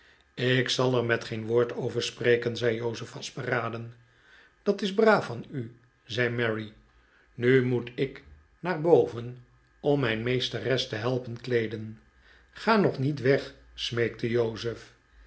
ik zal er met geen woord over spreken zei jozef vastberaden dat is braaf van u zei mary nu moet ik naar boven om mijn meesteres te helpen kleeden ga nog niet weg smeekte jozef